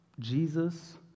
Jesus